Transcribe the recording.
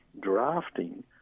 drafting